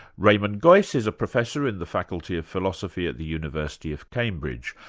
raymond geuss is a professor in the faculty of philosophy at the university of cambridge.